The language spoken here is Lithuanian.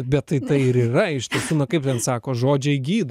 bet tai tai ir yra iš tiesų kaip ten sako žodžiai gydo